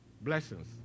Blessings